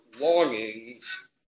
longings